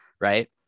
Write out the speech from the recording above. right